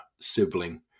sibling